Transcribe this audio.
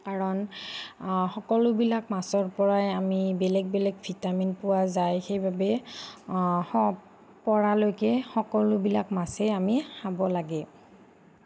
কাৰণ সকলোবিলাক মাছৰ পৰাই আমি বেলেগ বেলেগ ভিটামিন পোৱা যায় সেইবাবে পৰালৈকে সকলোবিলাক মাছেই আমি খাব লাগে